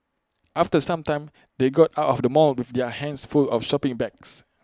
after some time they got out of the mall with their hands full of shopping bags